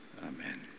amen